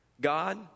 God